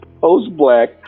post-Black